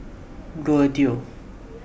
Bluedio